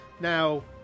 Now